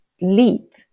leap